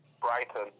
Brighton